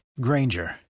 Granger